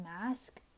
mask